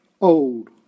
old